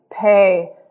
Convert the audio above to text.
pay